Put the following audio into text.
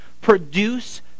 produce